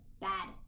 Bad